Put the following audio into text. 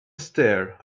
stare